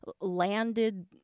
landed